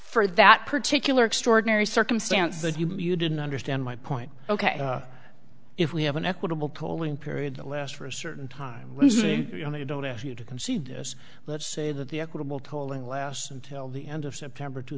for that particular extraordinary circumstance that you didn't understand my point ok if we have an equitable polling period the last for a certain time they don't ask you to concede let's say that the equitable tolling last till the end of september two